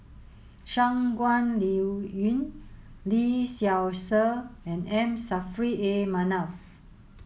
Shangguan Liuyun Lee Seow Ser and M Saffri A Manaf